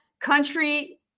country